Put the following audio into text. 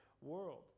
world